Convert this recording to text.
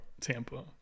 Tampa